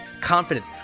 confidence